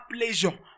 pleasure